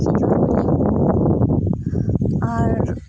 ᱠᱷᱤᱡᱩᱨ ᱵᱤᱞᱤ ᱠᱚ ᱟᱨ